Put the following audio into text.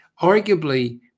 arguably